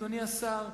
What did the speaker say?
אדוני השר,